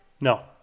No